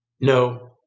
No